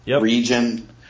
region